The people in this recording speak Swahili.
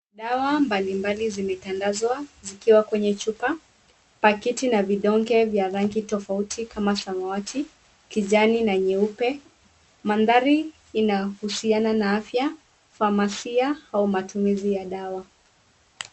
Dawa mbalimbali zimetandazwa zikiwa kwenye chupa. Pakiti na vidonge vya rangi tofauti kama samawati, kijani na nyeupe. Mandhari inahusiana na afya, famasia au matumizi ya dawa.